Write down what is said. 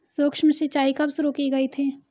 सूक्ष्म सिंचाई कब शुरू की गई थी?